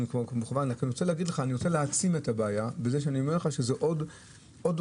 אני רוצה להעצים את הבעיה בכך שאני אומר שזה כולל עוד אוכלוסיות.